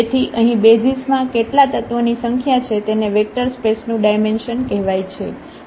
તેથી અહીં બેસિઝ માં કેટલા તત્વોની સંખ્યા છે તેને વેક્ટર સ્પેસ નું ડાયમેન્શન કહેવાય છે